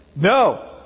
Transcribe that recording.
No